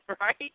right